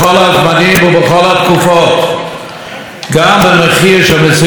גם במחיר של מסירות נפש נעמוד איתנים על כך שיושבי